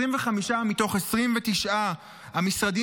25 מתוך 29 המשרדים